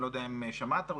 אני לא יודע אם שמעת אותי,